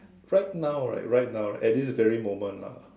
right now right right now right at this very moment ah